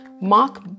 Mark